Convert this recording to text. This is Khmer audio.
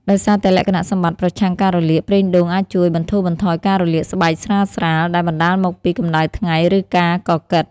ដោយសារតែលក្ខណៈសម្បត្តិ ប្រឆាំងការរលាក ប្រេងដូងអាចជួយ បន្ធូរបន្ថយការរលាកស្បែកស្រាលៗ ដែលបណ្ដាលមកពីកម្ដៅថ្ងៃ ឬការកកិត។